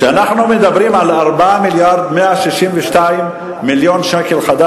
כשאנחנו מדברים על 4 מיליארד ו-162 מיליון ש"ח,